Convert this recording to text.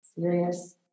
serious